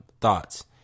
thoughts